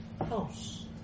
house